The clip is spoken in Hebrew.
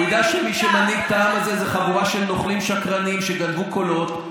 הוא ידע שמי שמנהיג את העם הזה זה חבורה של נוכלים שקרנים שגנבו קולות,